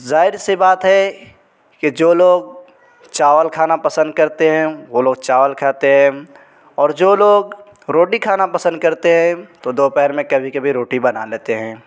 ظاہر سی بات ہے کہ جو لوگ چاول کھانا پسند کرتے ہیں وہ لوگ چاول کھاتے ہیں اور جو لوگ روٹی کھانا پسند کرتے ہیں تو دوپہر میں کبھی کبھی روٹی بنا لیتے ہیں